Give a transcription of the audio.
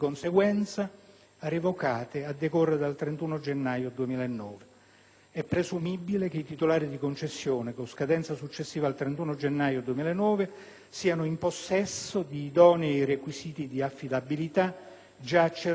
È presumibile che i titolari di concessione con scadenza successiva al 31 gennaio 2009 siano in possesso di idonei requisiti di affidabilità già accertati al momento di affidamento delle medesime concessioni».